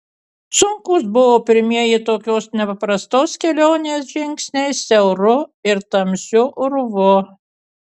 sunkūs buvo pirmieji tokios nepaprastos kelionės žingsniai siauru ir tamsiu urvu